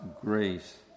grace